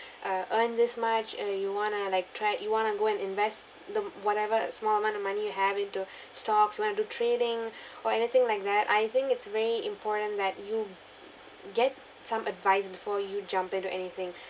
uh earn this much uh you want to like track you want to go and invest the whatever small amount of money you have into stocks want to do trading or anything like that I think it's very important that you get some advice before you jump into anything